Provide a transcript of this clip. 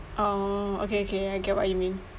orh okay okay I get what you mean